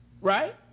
right